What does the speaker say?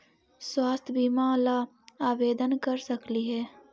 स्वास्थ्य बीमा ला आवेदन कर सकली हे?